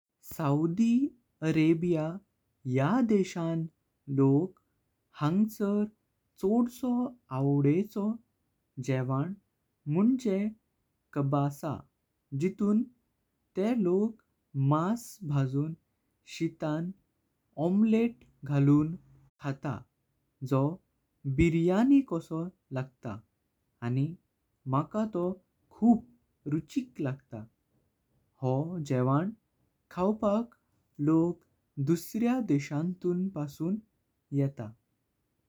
Saudi Arabia या देशान लोक हंगसर छोडसो आव्देचो। जेवन मुझ्हे कबसा जिपुन तेह लोक मांस भजून शीतान ऑमलेट घालून खातां। जो बिरयाणी कशो लागतं आनी माका तो खूब रुचिक लागतां हो जेवन खावपाक लोक दुसऱ्या देशांतुन पसुन येता।